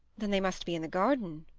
then they must be in the garden.